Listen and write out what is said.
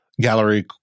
Gallery